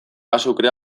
azukrea